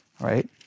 right